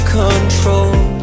control